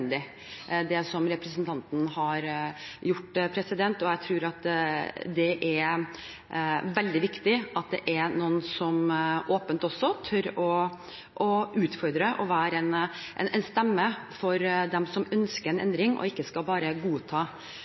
veldig viktig at det er noen som åpent tør å utfordre og være en stemme for dem som ønsker en endring og ikke bare vil godta